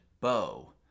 bow